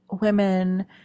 women